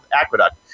aqueduct